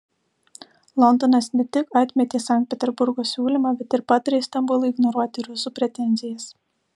londonas ne tik atmetė sankt peterburgo siūlymą bet ir patarė stambului ignoruoti rusų pretenzijas